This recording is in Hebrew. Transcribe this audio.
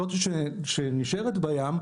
זאת שנשארת בים,